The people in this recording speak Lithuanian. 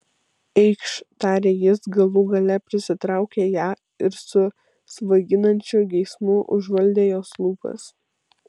eikš tarė jis galų gale prisitraukė ją ir su svaiginančiu geismu užvaldė jos lūpas